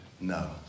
No